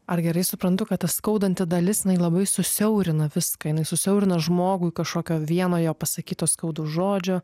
ar gerai suprantu kad skaudanti dalis jinai labai susiaurina viską jinai susiaurina žmogų į kažkokio vieno jo pasakyto skaudaus žodžio